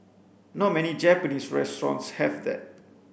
not many Japanese restaurants have that